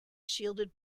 shielded